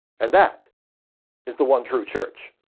and that is the one true church.